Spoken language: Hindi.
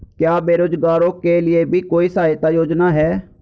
क्या बेरोजगारों के लिए भी कोई सहायता योजना है?